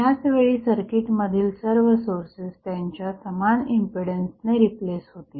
त्याच वेळी सर्किटमधील सर्व सोर्सेस त्यांच्या समान इम्पीडन्सने रिप्लेस होतील